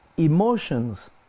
Emotions